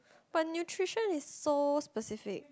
but nutrition is so specific